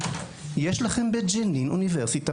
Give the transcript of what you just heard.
ניסויים בנשק.